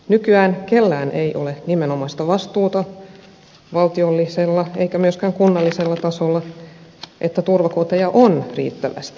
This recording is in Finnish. nykyään kenelläkään ei ole nimenomaista vastuuta valtiollisella eikä myöskään kunnallisella tasolla että turvakoteja on riittävästi